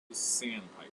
sandpiper